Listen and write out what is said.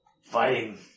Fighting